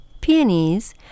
peonies